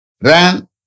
ran